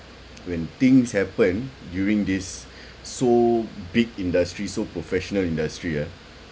when things happen during this so big industry so professional industry ah